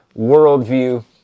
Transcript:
worldview